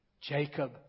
Jacob